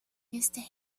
este